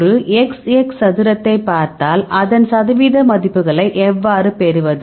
ஒரு XX சதுரத்தைப் பார்த்தாள் அதன் சதவீத மதிப்புகளை எவ்வாறு பெறுவது